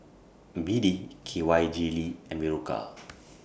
B D K Y Jelly and Berocca